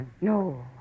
No